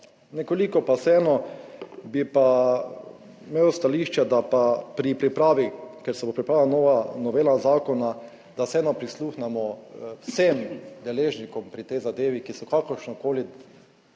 Nekoliko pa vseeno bi pa imel stališče, da pa pri pripravi, ker se bo pripravila nova novela zakona, da vseeno prisluhnemo vsem deležnikom pri tej zadevi, ki so, kakršnokoli,